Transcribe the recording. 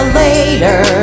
later